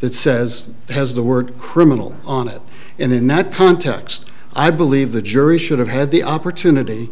that says it has the word criminal on it and in that context i believe the jury should have had the opportunity